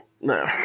no